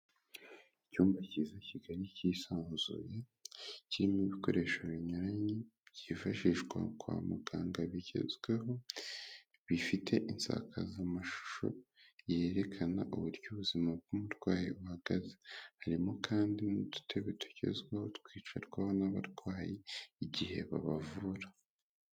Icyumba cyiza kigari cyisanzuye, kirimo ibikoresho binyuranye byifashishwa kwa muganga bigezweho, bifite isakazamashusho yerekana uburyo ubuzima bw'umurwayi buhagaze, harimo kandi n'udutebe tugezweho twicarwaho n'abarwayi igihe babavura.